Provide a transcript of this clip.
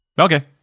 Okay